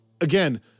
again